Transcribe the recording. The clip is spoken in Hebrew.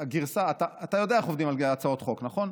אתה יודע איך עובדים על הצעות חוק, נכון?